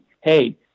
Hey